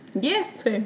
Yes